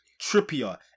Trippier